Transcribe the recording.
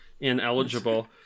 ineligible